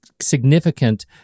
significant